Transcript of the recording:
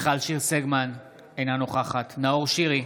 מיכל שיר סגמן, אינה נוכחת נאור שירי,